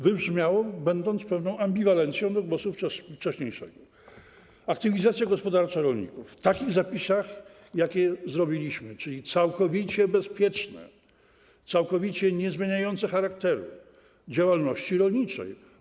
Wybrzmiało jako pewna ambiwalencja do głosu wcześniejszego - aktywizacja gospodarcza rolników w takich zapisach, jakie przygotowaliśmy, czyli jest to całkowicie bezpieczne, całkowicie niezmieniające charakteru działalności rolniczej.